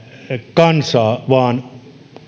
kansaa vaan